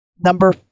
number